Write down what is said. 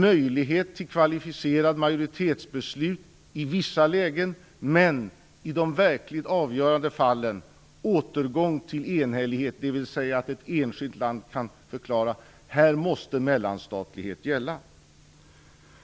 möjlighet till kvalificerade majoritetsbeslut i vissa lägen och återgång till enhällighet - dvs. till att ett enskilt land skall kunna förklara att mellanstatlighet måste gälla - i de verkligt avgörande fallen.